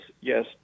yes